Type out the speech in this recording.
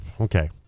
okay